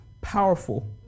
powerful